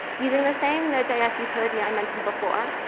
using the same node js utility i mentioned before,